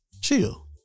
chill